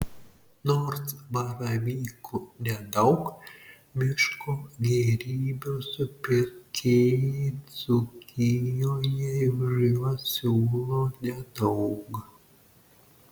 nors baravykų nedaug miško gėrybių supirkėjai dzūkijoje už juos siūlo nedaug